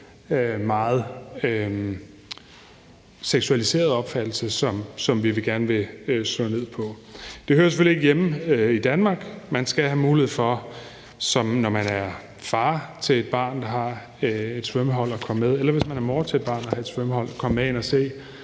meget seksualiserede opfattelse, som vi gerne vil slå ned på. Det hører selvfølgelig ikke hjemme i Danmark. Man skal have mulighed for, når man er far til et barn, der er med på et svømmehold, eller når man er mor til et barn, der er med på et svømmehold, at komme med ind og se,